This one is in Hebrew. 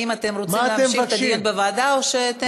האם אתם רוצים להמשיך את הדיון בוועדה או שאתם,